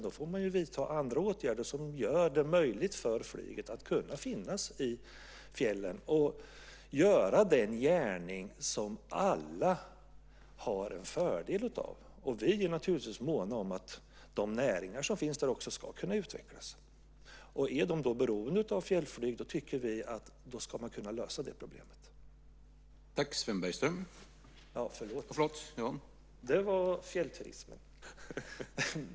Då får man vidta andra åtgärder som gör det möjligt för flyget att finnas i fjällen och utföra den gärning som alla har en fördel av. Vi är naturligtvis måna om att de näringar som finns där också ska utvecklas. Är de beroende av fjällflyg ska det problemet lösas. Det här var i fråga om fjällturismen.